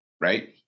right